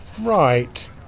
right